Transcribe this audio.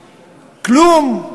כלום.